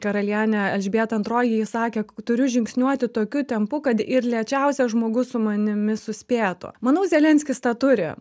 karalienė elžbieta antroji ji sakė turiu žingsniuoti tokiu tempu kad ir lėčiausias žmogus su manimi suspėtų manau zelenskis tą turi